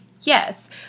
Yes